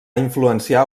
influenciar